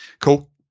cool